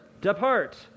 depart